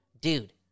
Dude